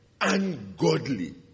ungodly